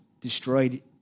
destroyed